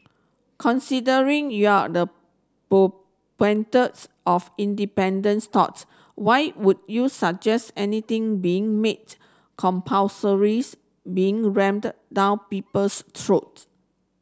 considering you're the of independents thought why would you suggest anything being made compulsory being rammed down people's throats